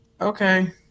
Okay